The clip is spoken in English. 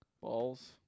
balls